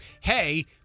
hey